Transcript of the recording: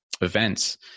events